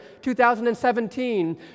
2017